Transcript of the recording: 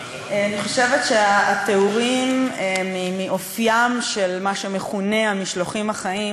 אני חושבת שהתיאורים כאן על אופיים של מה שמכונה "המשלוחים החיים",